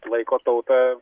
laiko tautą